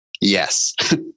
yes